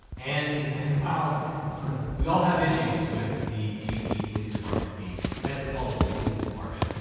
and and while we all have issues with the dc police department, the metropolitan police department.